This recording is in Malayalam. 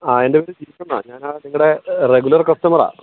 ആ എൻ്റെ പേര് സിജു എന്നാണ് ഞാൻ നിങ്ങളുടെ റെഗുലർ കസ്റ്റമർ ആണ്